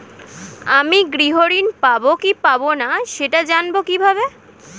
আমি গৃহ ঋণ পাবো কি পাবো না সেটা জানবো কিভাবে?